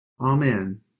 Amen